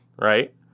right